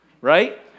Right